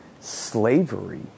slavery